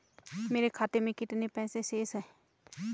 मेरे खाते में कितने पैसे शेष हैं?